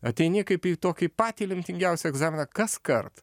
ateini kaip į tokį patį lemtingiausią egzaminą kaskart